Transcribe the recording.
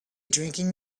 drinking